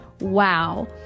Wow